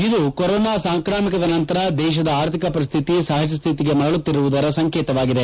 ಇದು ಕೊರೋನಾ ಸಾಂಕ್ರಾಮಿಕದ ನಂತರ ದೇಶದ ಆರ್ಥಿಕ ಪರಿಸ್ವಿತಿ ಸಹಜಸ್ವಿತಿಗೆ ಮರಳುತ್ತಿರುವುದರ ಸಂಕೇತವಾಗಿದೆ